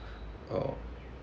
uh